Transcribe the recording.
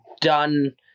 done